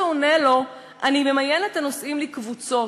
"אני ממיין את הנוסעים לקבוצות,